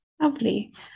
Lovely